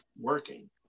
working